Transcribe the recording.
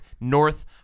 North